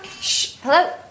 Hello